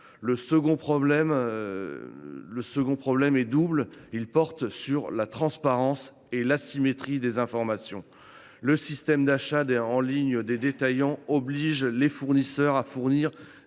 Le second problème est double : il concerne la transparence et l’asymétrie des informations. Les systèmes d’achats en ligne des détaillants obligent les fournisseurs à fournir